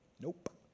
nope